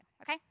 okay